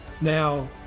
now